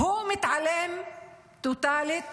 הוא מתעלם טוטלית